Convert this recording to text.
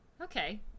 Okay